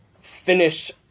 finish